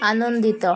ଆନନ୍ଦିତ